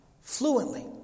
fluently